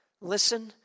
Listen